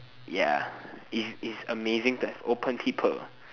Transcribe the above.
ya it is amazing to have open people